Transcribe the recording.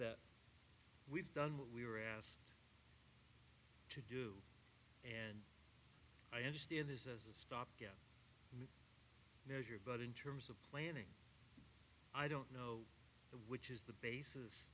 that we've done what we were asked to do and i understand this as a stopgap measure but in terms of planning i don't know which is the basis